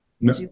No